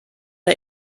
der